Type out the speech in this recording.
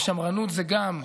ושמרנות זה גם,